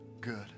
good